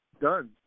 done